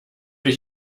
wir